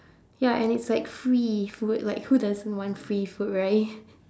ya and it's like free food like who doesn't want free food right